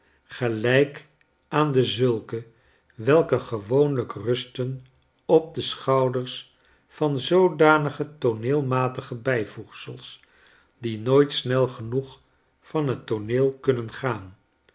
geltfk aan dezulke welke gewoonlijk rusten op de schouders van zoodanige tooneelmatige bijvoegsels die nooit snel genoeg van het tooneel kunnen gaan